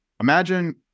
Imagine